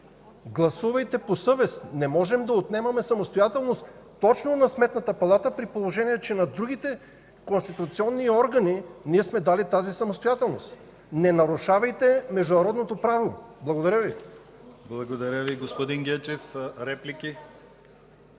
Гласувайте по съвест! Не можем да отнемаме самостоятелност точно на Сметната палата, при положение че на другите конституционни органи сме дали тази самостоятелност. Не нарушавайте международното право! Благодаря Ви. ПРЕДСЕДАТЕЛ ДИМИТЪР ГЛАВЧЕВ: Благодаря Ви, господин Гечев. Реплики?